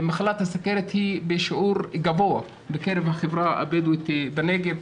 ומחלת הסכרת היא בשיעור גבוה בקרב החברה הבדואית בנגב,